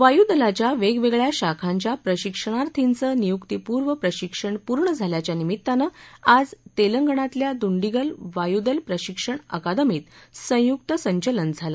वायु दलाच्या वेगवेगळ्या शाखांच्या प्रशिक्षणार्थीचे नियुक्तीपूर्व प्रशिक्षणपूर्ण झाल्याच्या निमीत्तानं आज तेलंगणातल्या दुंडीगल वायुदल प्रशिक्षण अकादमीत संयुक्त संचलन झालं